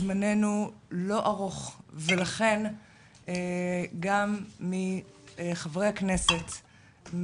זמננו לא ארוך ולכן גם מחברי הכנסת,